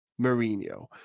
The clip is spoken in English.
Mourinho